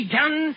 done